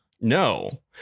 no